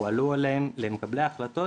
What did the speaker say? הועלו אל מקבלי ההחלטות,